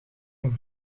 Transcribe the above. een